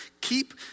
keep